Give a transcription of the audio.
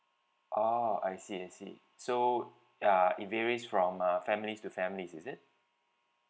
oh I see I see so uh it varies from uh families to families is it